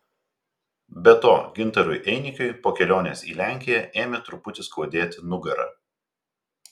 be to gintarui einikiui po kelionės į lenkiją ėmė truputį skaudėti nugarą